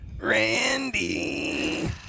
Randy